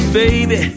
baby